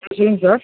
ஆ சொல்லுங்கள் சார்